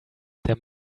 there